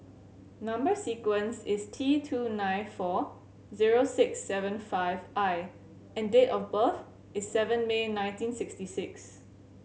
number sequence is T two nine four zero six seven five I and date of birth is seven May nineteen sixty six